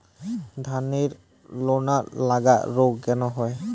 ধানের লোনা লাগা রোগ কেন হয়?